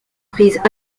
prises